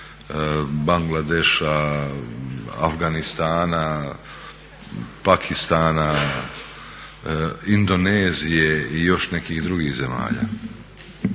Bangladeša, Afganistana, Pakistana, Indonezije i još nekih drugih zemalja.